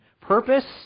Purpose